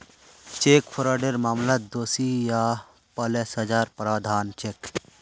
cheque फ्रॉडेर मामलात दोषी पा ल सजार प्रावधान छेक